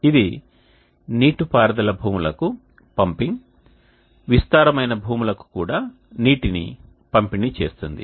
ఇది నీటిపారుదల భూములకు పంపింగ్ విస్తారమైన భూములకు కూడా నీటిని పంపిణీ చేస్తుంది